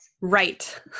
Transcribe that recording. Right